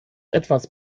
etwas